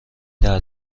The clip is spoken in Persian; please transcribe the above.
دره